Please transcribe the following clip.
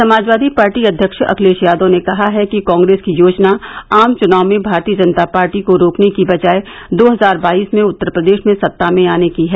Samajwadi party अध्यक्ष अखिलेश यादव ने कहा है कि कांग्रेस की योजना आम चुनाव में भारतीय जनता पार्टी को रोकने की बजाय दो हजार बाईस में उत्तर प्रदेश में सत्ता में आने की है